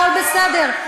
הכול בסדר.